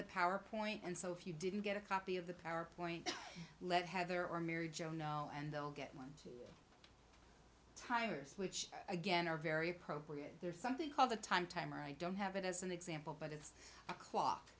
the powerpoint and so if you didn't get a copy of the powerpoint let heather or mary joe know and they'll get one timers which again are very appropriate there's something called the time timer i don't have it as an example but it's a cl